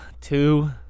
Two